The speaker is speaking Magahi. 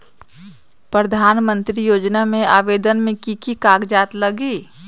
प्रधानमंत्री योजना में आवेदन मे की की कागज़ात लगी?